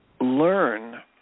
learn